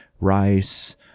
rice